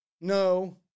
no